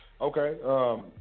Okay